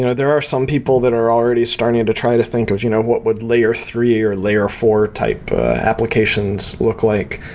you know there are some people that are already starting to try to think of you know what would layer three, or layer four type applications look like.